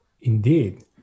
indeed